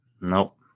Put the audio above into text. Nope